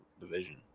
division